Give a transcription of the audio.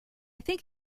think